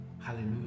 Hallelujah